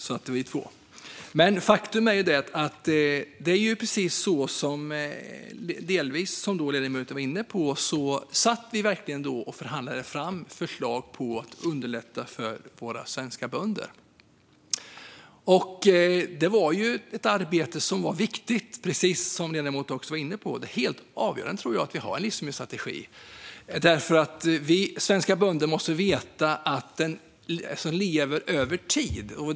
Vi är alltså två. Faktum är att det delvis är som ledamoten var inne på, nämligen att vi förhandlade fram förslag på hur man skulle underlätta för våra svenska bönder. Det var ett arbete som var viktigt, precis som ledamoten också var inne på. Jag tror att det är helt avgörande att ha en livsmedelsstrategi, och svenska bönder måste veta att den lever över tid.